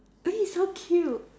eh so cute